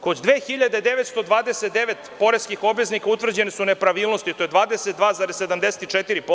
Kod 2.929 poreskih obveznika utvrđene su nepravilnosti, što je 22,74%